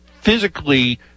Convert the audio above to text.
physically